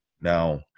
Now